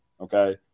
okay